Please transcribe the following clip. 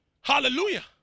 Hallelujah